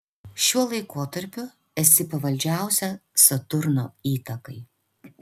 šiuo laikotarpiu esi pavaldžiausia saturno įtakai